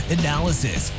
analysis